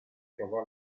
trovò